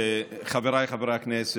חבריי חברי הכנסת,